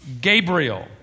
Gabriel